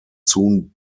soon